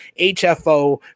HFO